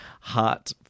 Heart